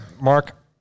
Mark